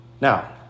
Now